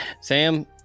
sam